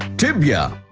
tibia.